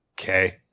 Okay